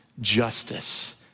justice